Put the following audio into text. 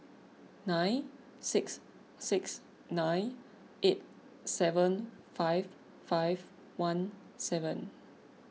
nine six six nine eight seven five five one seven